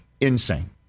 insane